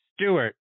Stewart